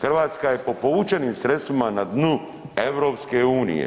Hrvatska je po povučenim sredstvima na dnu EU.